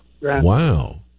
Wow